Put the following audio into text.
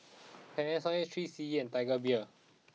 Panasonic three C E and Tiger Beer